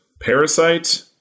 Parasite